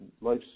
life